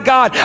God